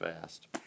fast